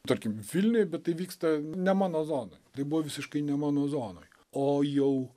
tarkim vilniuje bet tai vyksta ne mano zonoj tai buvo visiškai ne mano zonoj o jau